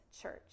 church